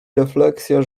refleksja